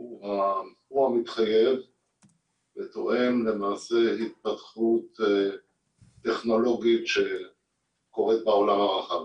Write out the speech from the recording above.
הוא המתחייב ותואם למעשה להתפתחות טכנולוגית שקורית בעולם הרחב.